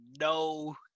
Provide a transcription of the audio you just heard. no